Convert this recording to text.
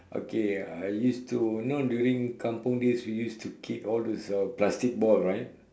okay I used to you know during kampung days we used to kick those plastic ball right